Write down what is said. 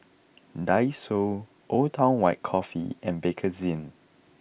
Daiso Old Town White Coffee and Bakerzin